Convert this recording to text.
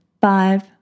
five